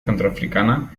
centroafricana